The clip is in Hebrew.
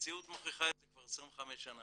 והמציאות מוכיחה את זה כבר 25 שנה.